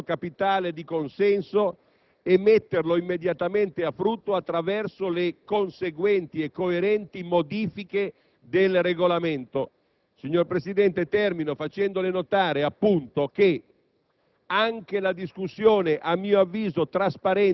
ma è indispensabile non disperdere questo capitale di consenso e metterlo immediatamente a frutto attraverso le conseguenti e coerenti modifiche del Regolamento. Signor Presidente, termino facendole notare che